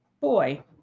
boy